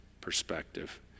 Perspective